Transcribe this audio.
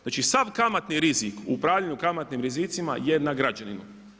Znači, sav kamatni rizik u upravljanju kamatnim rizicima je na građanima.